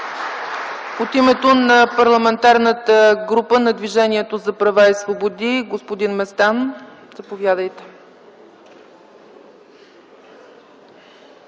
От името на Парламентарната група на Движението за права и свободи – господин Местан. Заповядайте.